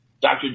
Dr